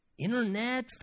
Internet